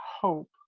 hope